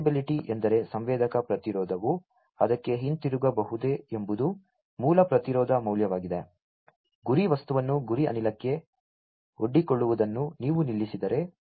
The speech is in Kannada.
ರಿವರ್ಸಿಬಿಲಿಟಿ ಎಂದರೆ ಸಂವೇದಕ ಪ್ರತಿರೋಧವು ಅದಕ್ಕೆ ಹಿಂತಿರುಗಬಹುದೇ ಎಂಬುದು ಮೂಲ ಪ್ರತಿರೋಧ ಮೌಲ್ಯವಾಗಿದೆ ಗುರಿ ವಸ್ತುವನ್ನು ಗುರಿ ಅನಿಲಕ್ಕೆ ಒಡ್ಡಿಕೊಳ್ಳುವುದನ್ನು ನೀವು ನಿಲ್ಲಿಸಿದರೆ